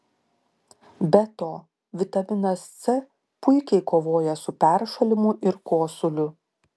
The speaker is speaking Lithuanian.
be to vitaminas c puikiai kovoja su peršalimu ir kosuliu